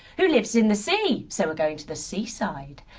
who lives in the sea, so we're going to the seaside.